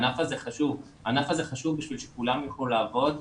הענף הזה חשוב כדי שכולם יוכלו לעבוד,